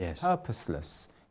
purposeless